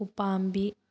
ꯎꯄꯥꯝꯕꯤ